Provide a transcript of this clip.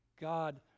God